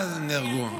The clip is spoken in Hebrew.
הם נהרגו.